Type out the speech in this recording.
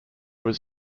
was